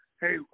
hey